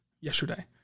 yesterday